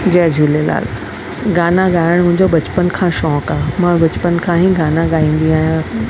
जय झूलेलाल गाना ॻाइण मुंहिंजो बचपन खां शौंक़ु आ मां बचपन खां ई गाना ॻाईन्दी आहियां